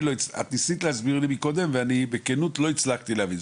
את ניסית להסביר לי מקודם ואני בכנות לא הצלחתי להבין.